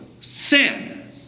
Sin